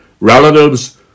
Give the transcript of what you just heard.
relatives